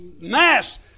mass